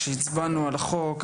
כשהצבענו על החוק,